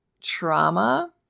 trauma